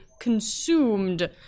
consumed